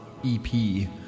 EP